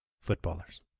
footballers